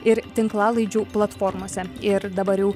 ir tinklalaidžių platformose ir dabar jau